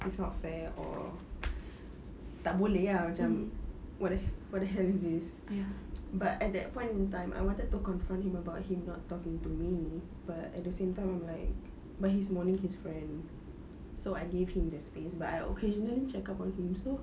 it's not fair or tak boleh ah macam what the what the hell is this but at that point in time I wanted to confront him about him not talking to me but at the same time I'm like but he's mourning his friend so I gave him the space but I occasionally check up on him so